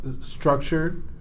structured